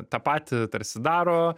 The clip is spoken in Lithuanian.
tą patį tarsi daro